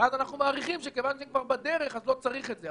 ואז אנחנו מעריכים שמכיוון שהם כבר בדרך אז לא צריך את זה.